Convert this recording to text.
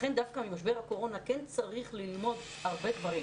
לכן דווקא ממשבר הקורונה כן צריך ללמוד הרבה דברים,